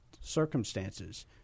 circumstances